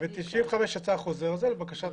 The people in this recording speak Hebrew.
ב-95' יצא החוזר הזה לבקשת